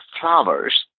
Flowers